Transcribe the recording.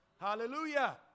Hallelujah